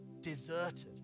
deserted